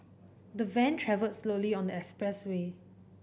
the van travelled slowly on the expressway